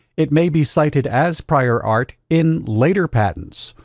it may be cited as prior art in later patents,